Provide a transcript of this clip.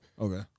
Okay